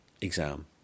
exam